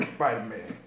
Spider-Man